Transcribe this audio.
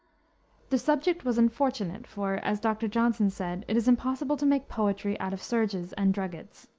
the subject was unfortunate, for, as dr. johnson said, it is impossible to make poetry out of serges and druggets.